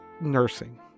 nursing